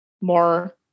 more